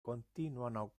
continuano